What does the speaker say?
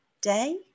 day